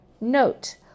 Note